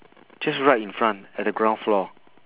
just right in front at the ground floor